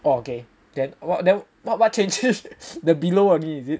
oh okay then what what change the below only is it